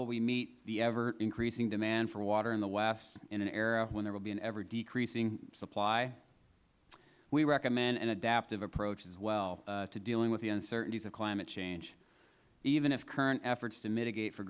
will we meet the ever increasing demand for water in the west in an era when there will be an ever decreasing supply we recommend an adaptive approach as well to dealing with the uncertainties of climate change even if current efforts to mitigate for